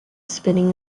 spinning